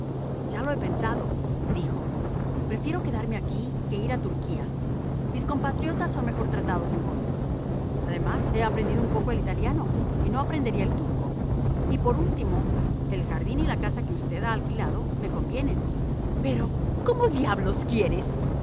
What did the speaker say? ya lo he pensado dijo prefiero quedarme aquí que ir a turquía mis compatriotas son mejor tratados en corfú además he aprendido un poco el italiano y no aprendería el turco y por último el jardín y la casa que usted ha alquilado me convienen pero cómo diablos quieres